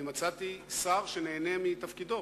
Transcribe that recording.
מצאתי שר שנהנה מתפקידו.